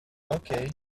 okay